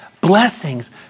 Blessings